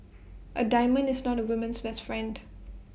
A diamond is not A woman's best friend